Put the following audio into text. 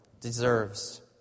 deserves